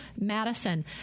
Madison